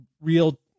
real